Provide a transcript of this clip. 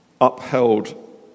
upheld